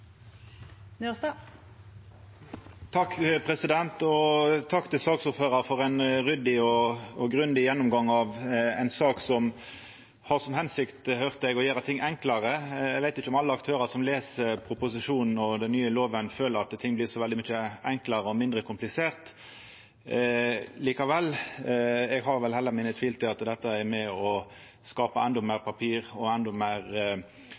bustadane. Takk til saksordføraren for ein ryddig og grundig gjennomgang av ei sak som har som hensikt – høyrde eg – å gjera ting enklare. Eg veit ikkje om alle aktørane som les proposisjonen og den nye lova, føler at ting blir så veldig mykje enklare og mindre kompliserte. Eg trur vel heller at dette er med og skaper endå meir papir og endå meir